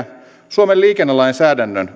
suomen liikennelainsäädännön